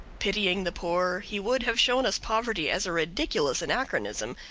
pitying the poor, he would have shown us poverty as a ridiculous anachronism,